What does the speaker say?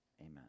amen